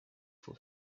for